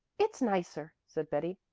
it's nicer, said betty.